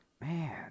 Man